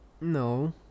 No